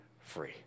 free